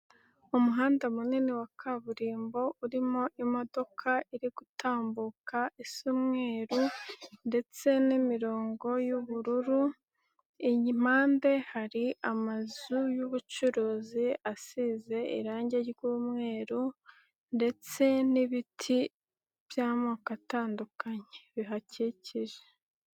Umuhanda munini wa kaburimbo urimo imodoka iri gutambuka isa umweruru, ndetse n'imirongo y'ubururu. Iruhande hari amazu y'ubucuruzi asize irangi ry'umweru ndetse n'ibiti by'amoko atandukanye bihakikije.